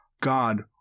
God